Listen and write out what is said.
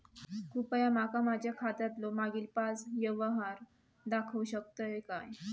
कृपया माका माझ्या खात्यातलो मागील पाच यव्हहार दाखवु शकतय काय?